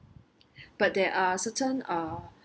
but there are certain uh